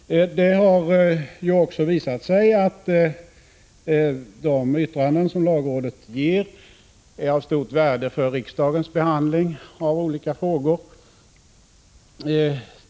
Det har också visat sig att de yttranden som lagrådet avger är av stort värde vid riksdagens behandling av olika frågor.